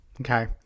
Okay